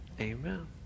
Amen